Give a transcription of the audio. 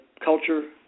culture